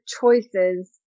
choices